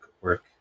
work